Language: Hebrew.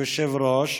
היושב-ראש,